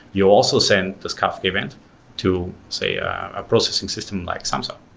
you also send this kafka event to say a processing system like samza.